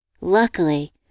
Luckily